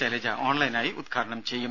ശൈലജ ഓൺലൈനായി ഉദ്ഘാടനം ചെയ്യും